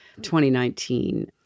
2019